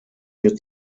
mir